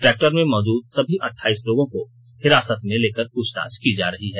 tractor में मौजूद सभी अठाइस लोगों को हिरासत में लेकर पूछताछ की जा रही है